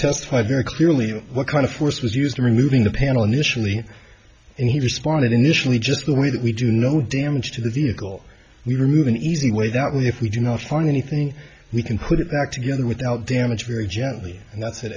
testify very clearly what kind of force was used in removing the panel initially and he responded initially just the way that we do no damage to the vehicle we remove an easy way that if we do not harm anything we can put it back together without damage very gently